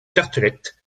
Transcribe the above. tartelett